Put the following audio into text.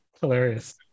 hilarious